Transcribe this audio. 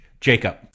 Jacob